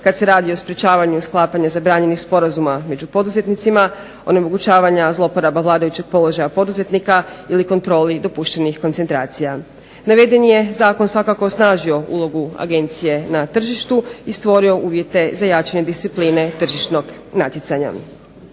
kad se radi o sprečavanju i sklapanju zabranjenih sporazuma među poduzetnicima, onemogućavanja zloporaba vladajućih položaja poduzetnika ili kontroli dopuštenih koncentracija. Navedeni je zakon svakako osnažio ulogu Agencije na tržištu i stvorio uvjete za jačanje discipline tržišnog natjecanja.